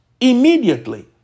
immediately